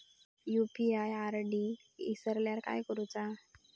UPI ID इसरल्यास काय करुचा?